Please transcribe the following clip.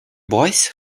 boys